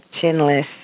chinless